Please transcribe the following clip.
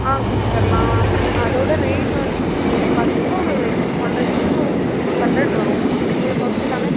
ஆ கொடுத்தர்லாம் அதோட ரேட் வந்துட்டு இப்போ நீங்கள் பார்த்தீங்கன்னா ஒரு ஒன்றரை கிலோக்கு ஒரு சிக்ஸ் ஹண்ரட் வரும் உங்களுக்கு ஓகே தானே